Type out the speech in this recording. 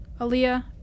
Aaliyah